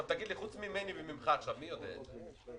אבל חוץ ממני וממך, מי יודע את זה?